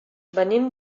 venim